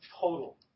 total